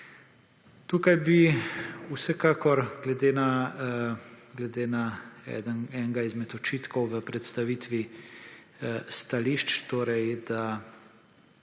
vsekakor glede na enega izmed očitkov v predstavitvi stališč, torej da